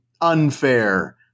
unfair